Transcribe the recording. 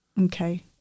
Okay